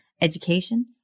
education